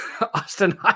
Austin